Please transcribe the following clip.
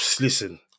listen